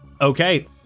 Okay